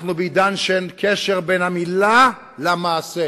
אנחנו בעידן של קשר בין המלה למעשה.